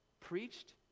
preached